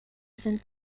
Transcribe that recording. sind